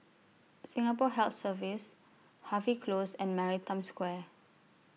Singapore Health Services Harvey Close and Maritime Square